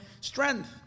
strength